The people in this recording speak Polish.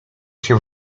się